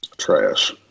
Trash